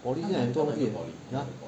poly 现在有很多东西